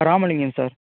Ramalingam sir